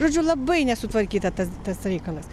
žodžiu labai nesutvarkyta tas tas reikalas